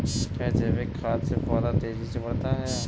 क्या जैविक खाद से पौधा तेजी से बढ़ता है?